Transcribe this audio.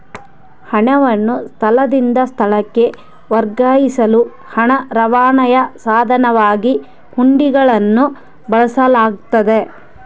ಹಣವನ್ನು ಸ್ಥಳದಿಂದ ಸ್ಥಳಕ್ಕೆ ವರ್ಗಾಯಿಸಲು ಹಣ ರವಾನೆಯ ಸಾಧನವಾಗಿ ಹುಂಡಿಗಳನ್ನು ಬಳಸಲಾಗ್ತತೆ